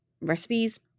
recipes